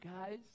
guys